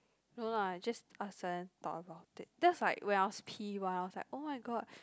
no lah I just out of sudden thought about it that's like when I was P one I was like oh-my-god